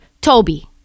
Toby